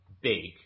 big